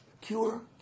Cure